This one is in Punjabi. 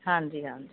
ਹਾਂਜੀ ਹਾਂਜੀ